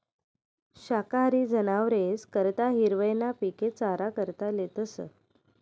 शाकाहारी जनावरेस करता हिरवय ना पिके चारा करता लेतस